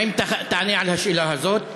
האם תענה על השאלה הזאת?